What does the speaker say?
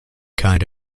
kind